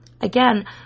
again